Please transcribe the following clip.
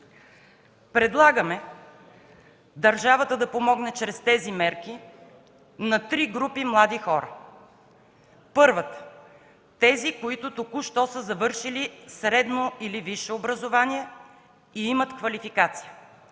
мерки държавата да помогне на три групи млади хора. Първата – тези, които току-що са завършили средно или висше образование и имат квалификация,